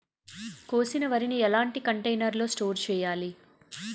కోసిన వరిని ఎలాంటి కంటైనర్ లో స్టోర్ చెయ్యాలి?